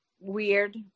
weird